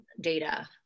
data